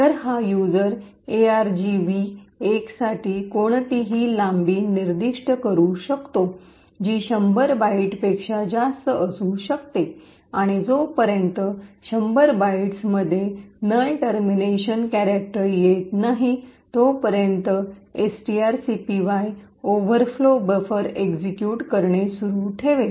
तर हा युजर argv१ साठी कोणतीही लांबी निर्दिष्ट करू शकतो जी 100 बाइटपेक्षा जास्त असू शकते आणि जो पर्यंत 100 बाइट्समध्ये नल टर्मिनेशन क्यारकटर येत नाही तोपर्यंत एसटीआरसीपीवाय ओव्हरफ्लो बफर एक्सिक्यूट करणे सुरू ठेवेल